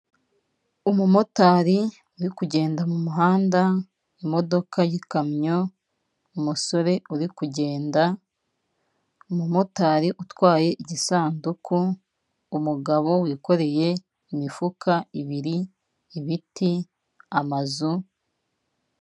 Umumotari uri kugenda mu muhanda, imodoka y'ikamyo, umusore uri kugenda, umumotari utwaye igisanduku, umugabo wikoreye imifuka ibiri, ibiti, amazu.